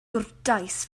gwrtais